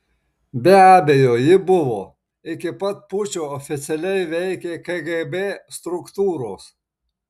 be abejo ji buvo iki pat pučo oficialiai veikė kgb struktūros